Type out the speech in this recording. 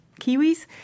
Kiwis